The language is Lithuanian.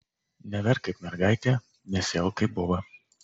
neverk kaip mergaitė nesielk kaip boba